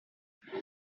about